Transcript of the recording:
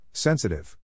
Sensitive